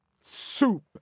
soup